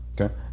Okay